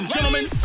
Gentlemen